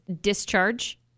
Discharge